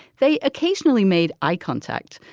they occasionally made eye contact,